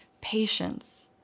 patience